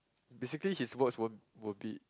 basically his works won't won't be